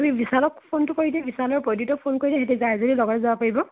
তুমি বিছালক ফোনটো কৰি দিয়া বিছাল আৰু প্ৰদ্যুৎক ফোন কৰি দিয়া সিহঁতি যায় যদি লগতে যাব পাৰিব